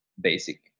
basic